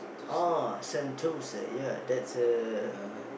ah Sentosa ya that's a